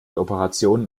operationen